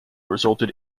resulted